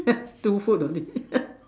two food only